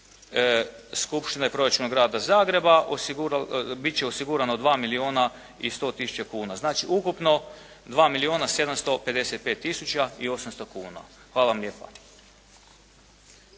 skupština i proračuna Grada Zagreba bit će osigurano 2 milijuna i 100 tisuća kuna. Znači ukupno 2 milijuna 755 tisuća i 800 kuna. Hvala vam lijepa.